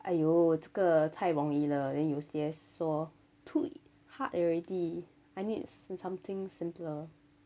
!aiyo! 这个太容易了 then 有些说 too hard already I need something simpler